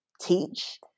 teach